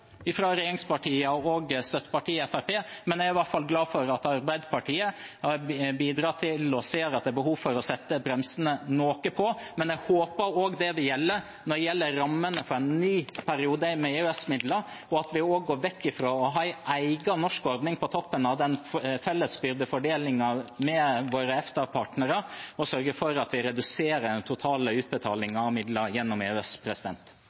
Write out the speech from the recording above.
og støttepartiet Fremskrittspartiet. Men jeg er i hvert fall glad for at Arbeiderpartiet bidrar til og ser at det er behov for å sette bremsene litt på. Jeg håper det også vil gjelde rammene for en ny periode med EØS-midler, og at vi også går vekk fra å ha en egen norsk ordning på toppen av den felles byrdefordelingen med våre EFTA-partnere og sørger for at vi reduserer den totale utbetalingen av midler gjennom EØS.